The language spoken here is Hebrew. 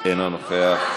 אינו נוכח.